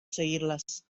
seguirlas